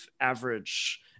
average